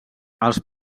els